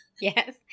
Yes